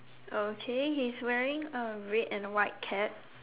okay he is wearing a red and white cap